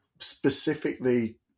specifically